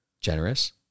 Generous